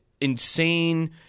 insane